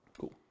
Cool